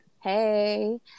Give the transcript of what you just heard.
Hey